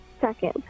second